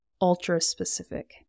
ultra-specific